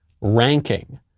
ranking